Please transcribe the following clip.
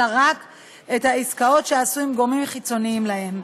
אלא רק את העסקאות שעשו עם גורמים חיצוניים להם.